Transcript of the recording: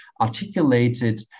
articulated